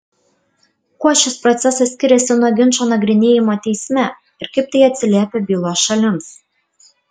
kuo šis procesas skiriasi nuo ginčo nagrinėjimo teisme ir kaip tai atsiliepia bylos šalims